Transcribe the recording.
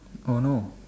oh no